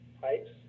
pipes